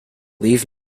leave